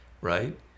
right